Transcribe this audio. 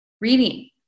reading